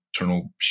internal